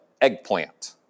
eggplant